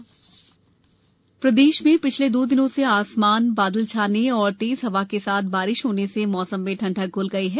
मौसम प्रदेश में पिछले दो दिनों से आसमान बादल छाने और तेज हवा के साथ बारिश होने से मौसम में ठंडक घ्ल गई है